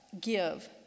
give